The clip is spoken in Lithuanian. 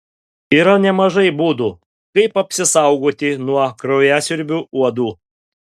yra nemažai būdų kaip apsisaugoti nuo kraujasiurbių uodų